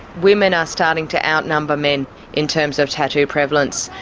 women are starting to outnumber men in terms of tattoo prevalence,